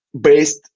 based